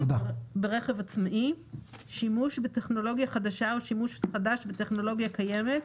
ברכב עצמאי שימוש בטכנולוגיה חדשה או שימוש חדש בטכנולוגיה קיימת,